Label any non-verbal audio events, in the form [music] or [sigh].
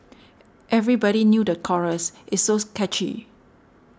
everybody knew the chorus it's so [noise] catchy